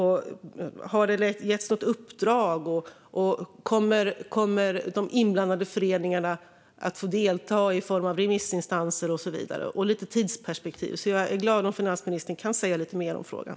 Har det getts något uppdrag? Kommer de inblandade föreningarna att få delta i egenskap av remissinstanser och så vidare? Och hur ser tidsperspektivet ut? Jag är glad om finansministern kan säga lite mer om frågan.